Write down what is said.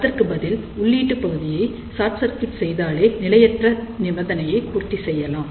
அதற்கு பதில் உள்ளீட்டுப் பகுதியை ஷார்ட் சர்க்யூட் செய்தாலே நிலையற்ற நிபந்தனையை பூர்த்தி செய்யலாம்